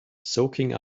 soaking